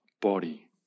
body